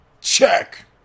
Check